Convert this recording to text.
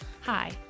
Hi